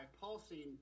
pulsing